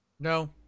No